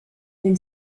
then